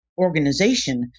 organization